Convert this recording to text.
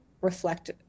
reflect